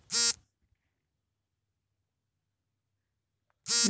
ನನ್ನ ಠೇವಣಿಯನ್ನು ಸುರಕ್ಷಿತವಾಗಿ ಬ್ಯಾಂಕುಗಳು ಹೇಗೆ ರಕ್ಷಿಸುತ್ತವೆ?